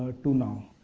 ah to now.